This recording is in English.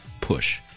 push